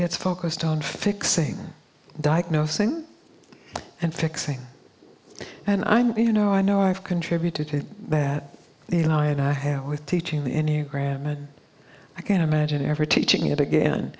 gets focused on fixing diagnosing and fixing and i'm you know i know i've contributed to that the lie and i have with teaching the enneagram and i can't imagine ever teaching it again